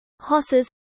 horses